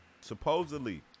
supposedly